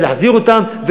להחזיר אותם,